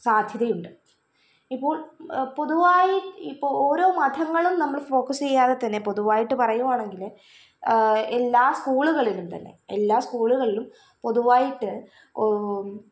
സാധ്യതയുണ്ട് ഇപ്പോൾ പൊതുവായി ഇപ്പോൾ ഓരോ മതങ്ങളും നമ്മള് ഫോക്കസ് ചെയ്യാതെ തന്നെ പൊതുവായിട്ട് പറയുവാണെങ്കില് എല്ലാ സ്കൂളുകളിലും തന്നെ എല്ലാ സ്കൂളുകളിലും പൊതുവായിട്ട്